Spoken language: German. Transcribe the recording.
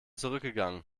zurückgegangen